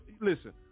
listen